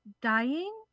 dying